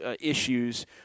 issues